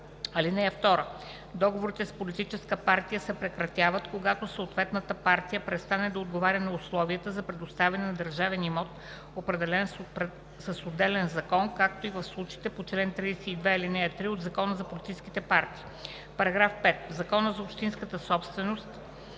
„(2) Договорите с политическа партия се прекратяват, когато съответната партия престане да отговаря на условията за предоставяне на държавен имот, определени с отделен закон, както и в случаите по чл. 32, ал. 3 от Закона за политическите партии.“ § 5. В Закона за общинската собственост